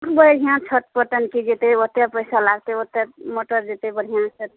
बढ़िऑं जेतै ओतऽ पैसा लागतै ओतऽ मोटर जेतै बढ़िऑं सऽ